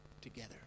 together